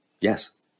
yes